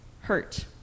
hurt